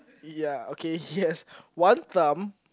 ya okay he has one thumb